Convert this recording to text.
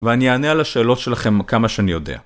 ואני אענה על השאלות שלכם כמה שאני יודע.